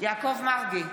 יעקב מרגי,